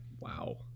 wow